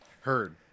Heard